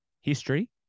history